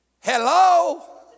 Hello